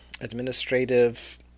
administrative